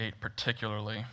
particularly